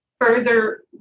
further